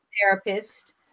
therapist